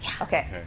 Okay